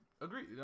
Agree